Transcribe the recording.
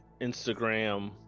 instagram